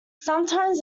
sometimes